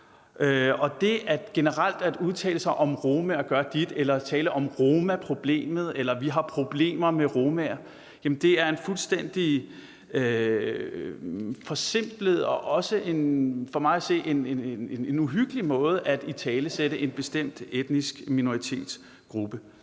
generelt gør dit eller dat eller taler om romaproblemet eller om, at vi har problemer med romaer, så er det en fuldstændig forsimplet og også for mig at se en uhyggelig måde at italesætte en bestemt etnisk minoritetsgruppe